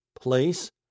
place